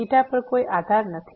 તેથી થીટા પર કોઈ આધાર નથી